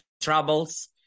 troubles